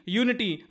unity